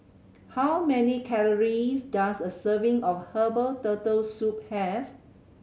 how many calories does a serving of herbal Turtle Soup have